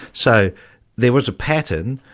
so there was a pattern,